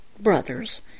brothers